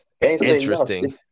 Interesting